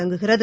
தொடங்குகிறது